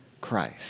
Christ